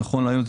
וכלליות.